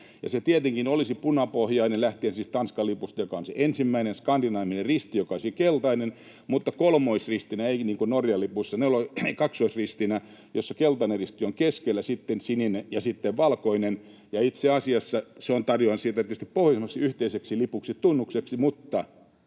Se tietenkin olisi punapohjainen, lähtien siis Tanskan lipusta, joka on se ensimmäinen skandinaavinen risti, ja risti olisi keltainen mutta kolmoisristinä eikä kaksoisristinä niin kuin Norjan lipussa, ja keltainen risti on keskellä, sitten sininen ja sitten valkoinen. Itse asiassa tarjoan sitä tietysti pohjoismaiseksi yhteiseksi lipuksi, tunnukseksi,